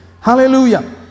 Hallelujah